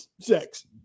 sex